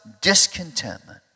discontentment